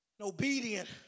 obedient